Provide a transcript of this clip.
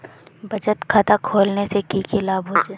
बचत खाता खोलने से की की लाभ होचे?